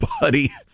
buddy